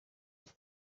iyo